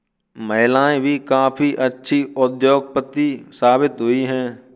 महिलाएं भी काफी अच्छी उद्योगपति साबित हुई हैं